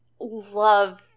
love